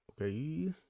Okay